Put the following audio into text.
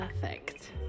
perfect